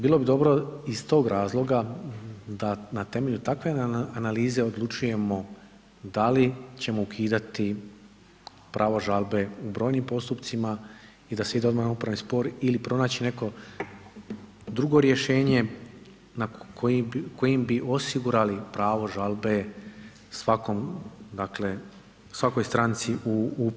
Bilo bi dobro iz tog razloga da na temelju takve analize odlučujemo da li ćemo ukidati pravo žalbe u brojnim postupcima i da se ide odmah na upravni spor ili pronaći neko drugo rješenje kojim bi osigurali pravo žalbe svakoj stranci u upravnom postupku.